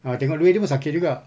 ah tengok duit itu pun sakit juga